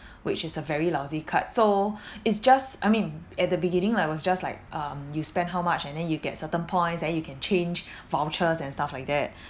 which is a very lousy card so it's just I mean at the beginning I was just like um you spend how much and then you get certain points and then you can change vouchers and stuff like that